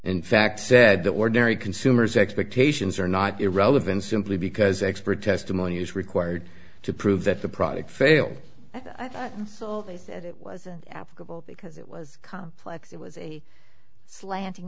in fact said that ordinary consumers expectations are not irrelevant simply because expert testimony is required to prove that the product failed i thought so they said it was applicable because it was complex it was a slant